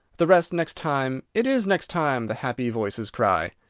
the rest next time it is next time! the happy voices cry.